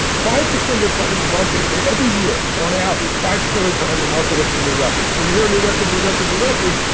five percent of the time the market. in every year on average, five percent of the time, the market sets new record so when you hear a new record, new record, new record,